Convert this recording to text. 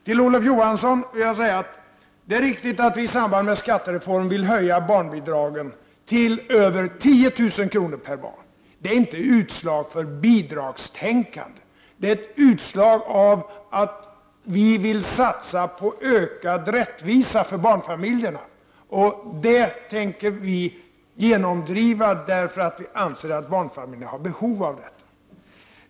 Till Olof Johansson vill jag säga att det är riktigt att vi i samband med skattereformen vill höja barnbidragen till över 10 000 kr. per barn. Det är inte ett utslag av bidragstänkande utan en följd av att vi vill satsa på ökad rättvisa för barnfamiljerna. Detta tänker vi också genomdriva därför att vi anser att barnfamiljerna har behov av det.